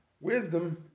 Wisdom